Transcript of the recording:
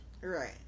Right